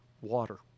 water